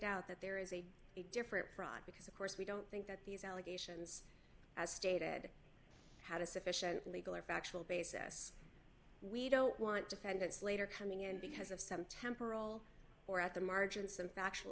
out that there is a different product because of course we don't think that these allegations as stated had a sufficient legal or factual basis we don't want defendants later coming in because of some temporal or at the margin some factual